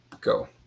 go